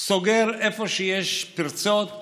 סוגר איפה שיש פרצות,